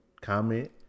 comment